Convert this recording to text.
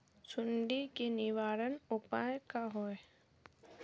सुंडी के निवारण उपाय का होए?